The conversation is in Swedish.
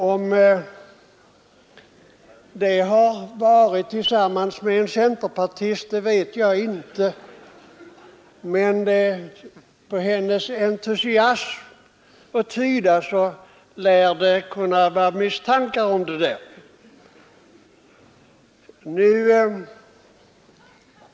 Om det var tillsammans med en centerpartist vet jag inte, men av hennes entusiasm att döma kan man misstänka det.